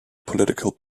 political